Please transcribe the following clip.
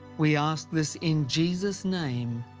we ask this in jesus' name.